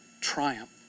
triumph